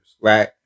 Right